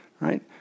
right